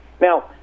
Now